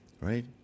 right